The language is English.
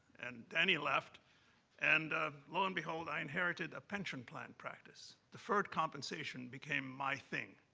and danny left and lo and behold, i inherited a pension plan practice. deferred compensation became my thing.